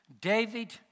David